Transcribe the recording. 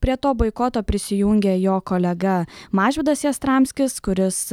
prie to boikoto prisijungė jo kolega mažvydas jastramskis kuris